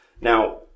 Now